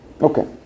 okay